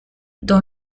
dans